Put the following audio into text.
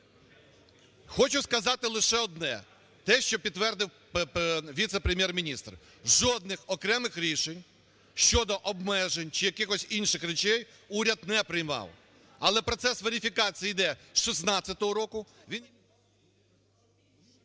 Хочу сказати лише одне, те, що підтвердив віце-прем'єр-міністр. Жодних окремих рішень щодо обмежень чи якихось інших речей уряд не приймав. Але процес верифікації іде з 16-го року…